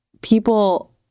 people